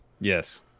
Yes